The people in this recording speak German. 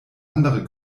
andere